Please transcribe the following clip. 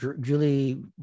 Julie